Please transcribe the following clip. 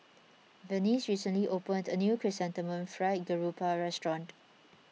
Vernice recently opened a new Chrysanthemum Fried Garoupa restaurant